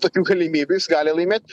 tokių galimybių jis gali laimėt